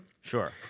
Sure